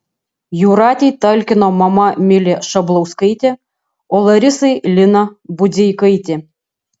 jūratei talkino mama milė šablauskaitė o larisai lina budzeikaitė